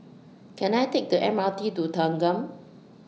Can I Take The M R T to Thanggam